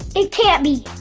it can't be!